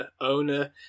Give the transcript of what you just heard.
owner